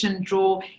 draw